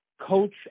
Coach